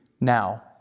now